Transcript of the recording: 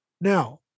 Now